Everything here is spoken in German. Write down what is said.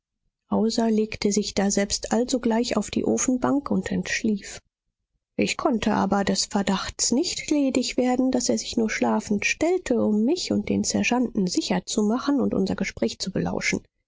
hauser legte sich daselbst alsogleich auf die ofenbank und entschlief ich konnte aber des verdachts nicht ledig werden daß er sich nur schlafend stellte um mich und den sergeanten sicher zu machen und unser gespräch zu belauschen